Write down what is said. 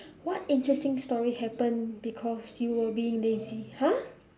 what interesting story happen because you were being lazy !huh!